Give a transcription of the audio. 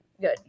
good